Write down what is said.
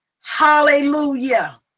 Hallelujah